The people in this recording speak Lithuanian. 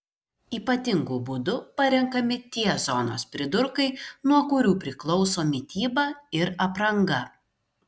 ypatingu būdu parenkami tie zonos pridurkai nuo kurių priklauso mityba ir apranga